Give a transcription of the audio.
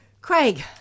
Craig